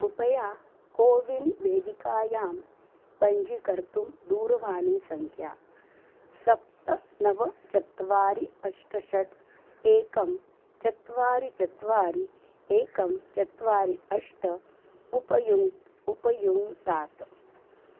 कृपया कोविन् वेदिकायां पञ्जीकर्तुं दूरवाणीसङ्ख्या सप्त नव चत्वारि अष्ट षट् एकं चत्वारि चत्वारि एकं चत्वारि अष्ट उपयुङ्क्तात उपयुङ्क्तात्